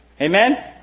Amen